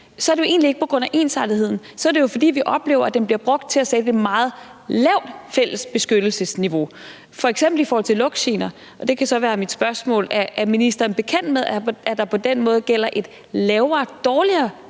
er det jo egentlig ikke på grund af ensartetheden. Så er det jo, fordi vi oplever, at den bliver brugt til at sætte et meget lavt fælles beskyttelsesniveau, f.eks. i forhold til lugtgener. Og det kan så være mit spørgsmål: Er ministeren bekendt med, at der på den måde gælder et lavere eller dårligere